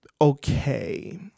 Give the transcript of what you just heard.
okay